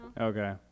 okay